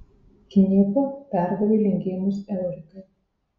knėpa perdavė linkėjimus eurikai